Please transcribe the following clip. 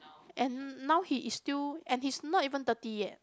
and now he is still and he is not even thirty yet